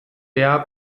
der